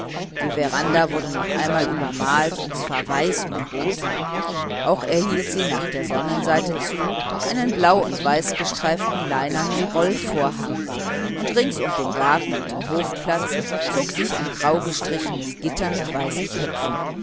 die veranda wurde noch einmal übermalt und zwar weiß und rosa auch erhielt sie nach der sonnenseite zu einen blau und weißgestreiften leinenen rollvorhang und rings um den garten und den hofplatz zog sich ein grau gestrichenes gitter mit weißen knöpfen